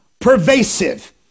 pervasive